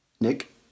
Nick